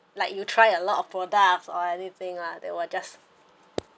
like you try a lot of products or anything lah they will just